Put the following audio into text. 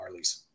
Marlies